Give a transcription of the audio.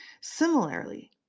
Similarly